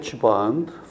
bond